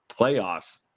playoffs